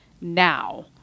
now